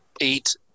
eight